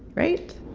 right?